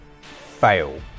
fail